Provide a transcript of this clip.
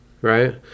right